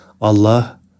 Allah